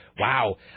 wow